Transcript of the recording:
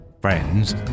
Friends